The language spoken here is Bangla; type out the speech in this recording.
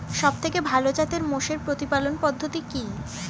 সবথেকে ভালো জাতের মোষের প্রতিপালন পদ্ধতি কি?